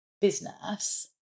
business